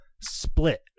split